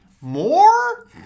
More